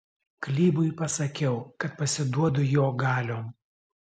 klybui pasakiau kad pasiduodu jo galion